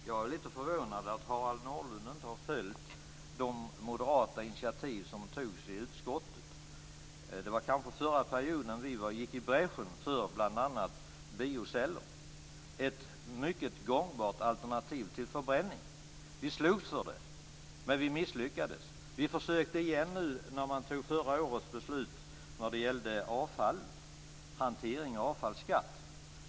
Fru talman! Jag är lite förvånad att Harald Nordlund inte har följt de moderata initiativ som togs i utskottet. Det var kanske under förra perioden vi gick i bräschen för bl.a. bioceller, ett mycket gångbart alternativ till förbränning. Vi slogs för det, men vi misslyckades. Vi försökte igen i samband dem förra årets beslut om hanteringen av avfallsskatt.